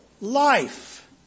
Life